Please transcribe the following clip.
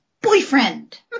boyfriend